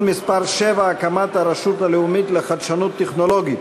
מס' 7) (הקמת הרשות הלאומית לחדשנות טכנולוגית),